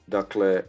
Dakle